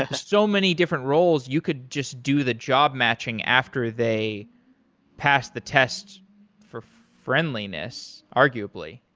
ah so many different roles, you could just do the job matching after they pass the test for friendliness, arguably.